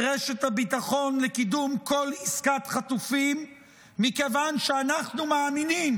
רשת הביטחון לקידום כל עסקת חטופים מכיוון שאנחנו מאמינים